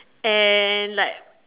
and like